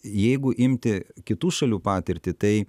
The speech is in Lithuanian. jeigu imti kitų šalių patirtį tai